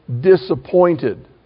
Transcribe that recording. disappointed